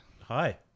Hi